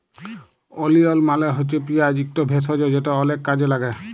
ওলিয়ল মালে হছে পিয়াঁজ ইকট ভেষজ যেট অলেক কাজে ল্যাগে